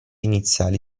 iniziali